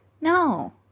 No